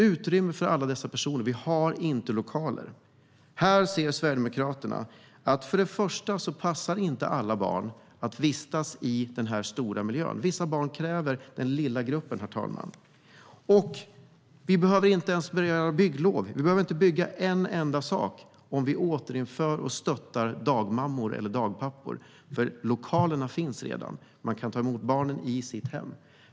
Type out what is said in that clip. Vi har inte lokaler nog för alla dessa personer. Sverigedemokraterna ser att alla barn inte passar för att vistas i den stora miljön. Vissa barn kräver den lilla gruppen. Vi behöver inte bygga något alls om vi återinför och stöttar dagmammor och dagpappor, för lokalerna finns redan. De kan ta emot barnen i sitt hem.